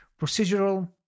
procedural